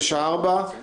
בשעה 16:00,